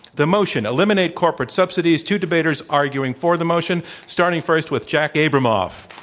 the motion, eliminate corporate subsidies, two debaters arguing for the motion starting first with jack abramoff.